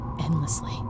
endlessly